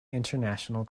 international